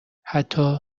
حتی